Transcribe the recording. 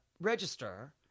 register